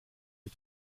sie